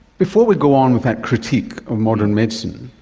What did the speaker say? before we go on with that critique of modern medicine,